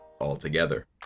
altogether